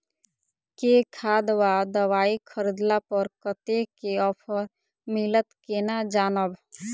केँ खाद वा दवाई खरीदला पर कतेक केँ ऑफर मिलत केना जानब?